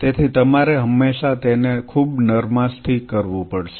તેથી તમારે હંમેશા તેને ખૂબ નરમાશથી કરવું પડશે